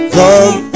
come